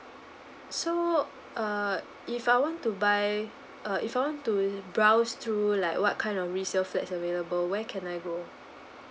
so uh if I want to buy uh if I want to browse through like what kind of reserve that's available where can I go